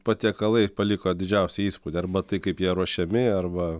patiekalai paliko didžiausią įspūdį arba tai kaip jie ruošiami arba